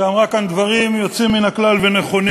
שאמרה כאן דברים יוצאים מן הכלל ונכונים,